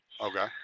okay